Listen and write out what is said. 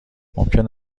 ممکن